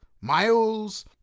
Miles